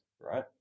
right